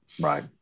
right